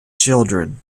children